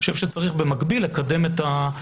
אני חושב שבמקביל צריך לקדם את החוקים